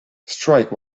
strike